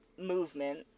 movement